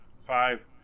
five